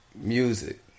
Music